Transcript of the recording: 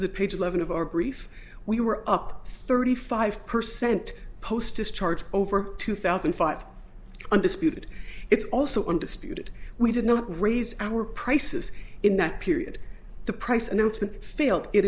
a page eleven of our brief we were up thirty five percent post discharge over two thousand and five undisputed it's also undisputed we did not raise our prices in that period the price and it